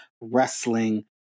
wrestling